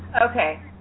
okay